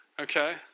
Okay